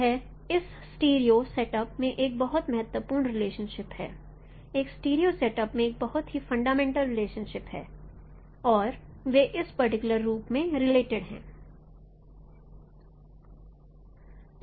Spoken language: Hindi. यह इस स्टीरियो सेटअप में एक बहुत महत्वपूर्ण रिलेशनशिप है एक स्टीरियो सेटअप में एक बहुत ही फंडामेंटल रिलेशनशिप है और वे इस पर्टिकुलर रूप से रिलेटिड हैं